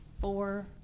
four